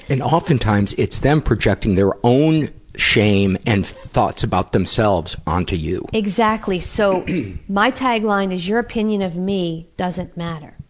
and oftentimes it's them projecting their own shame and thoughts about themselves onto you. exactly. so my tagline is, your opinion of me doesn't matter.